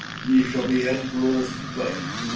ye shall be emperors both,